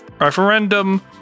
referendum